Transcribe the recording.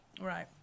Right